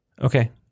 Okay